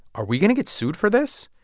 are we going to get sued for this?